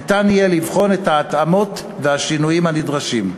ניתן יהיה לבחון את ההתאמות והשינויים הנדרשים.